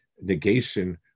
negation